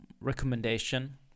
recommendation